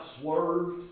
swerved